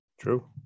true